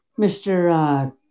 Mr